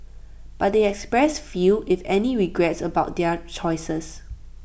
but they expressed few if any regrets about their choices